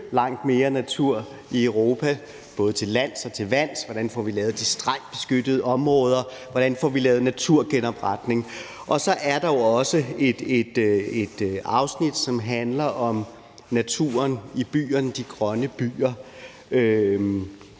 langt mere natur i Europa, både til lands og til vands, hvordan vi får lavet de strengt beskyttede områder, og hvordan vi får lavet naturgenopretning. Og så er der jo også et afsnit, som handler om naturen i byerne, de grønne byer,